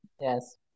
Yes